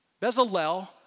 Bezalel